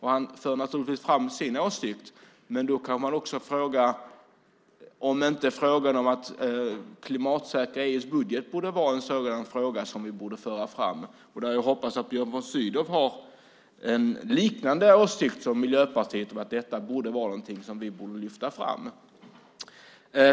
Han för naturligtvis fram sin åsikt, men då kan man också fråga om inte frågan om att klimatsäkra EU:s budget är en sådan fråga som vi borde föra fram. Jag hoppas att Björn von Sydow har en liknande åsikt som Miljöpartiet om att detta är något som vi borde lyfta fram.